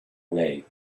way